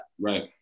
right